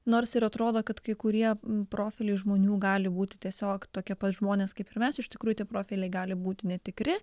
nors ir atrodo kad kai kurie profiliai žmonių gali būti tiesiog tokie pat žmonės kaip ir mes iš tikrųjų tie profiliai gali būti netikri